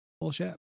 bullshit